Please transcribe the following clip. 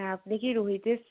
হ্যাঁ আপনি কি রুমিতের